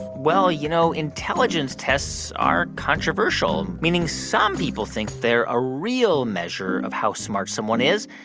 well, you know, intelligence tests are controversial, meaning some people think they're a real measure of how smart someone is,